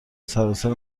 سراسر